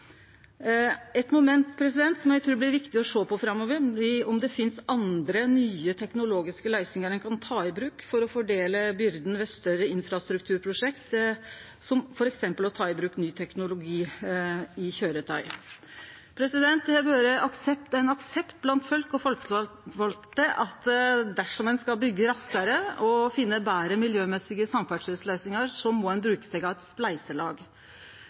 Eit moment eg trur blir viktig å sjå på framover, er om det finst andre nye teknologiske løysingar ein kan ta i bruk for å fordele byrden ved større infrastrukturprosjekt, som f.eks. å ta i bruk ny teknologi i køyretøy. Det har vore ein aksept blant folk og folkevalde at dersom ein skal byggje raskare og finne betre miljømessige samferdselsløysingar, må ein gjere bruk av eit spleiselag.